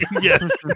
Yes